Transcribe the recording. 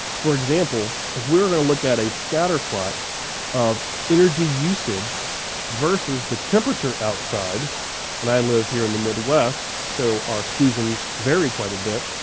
for example, if we were gonna look at a scatterplot of energy usage versus the temperature outside and i live here in the midwest, so our seasons vary quite a bit.